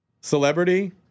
celebrity